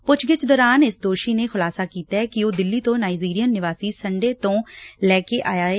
ਪੁੱਛ ਗਿੱਛ ਦੌਰਾਨ ਇਸ ਦੋਸ਼ੀ ਨੇ ਖੁਲਾਸਾ ਕੀਤਾ ਸੀ ਕਿ ਉਹ ਦਿੱਲੀ ਤੋਂ ਨਾਇਜੀਰੀਅਨ ਨਿਵਾਸੀ ਸੰਡੇ ਤੋਂ ਲੈ ਕੇ ਆਇਆ ਏ